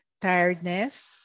Tiredness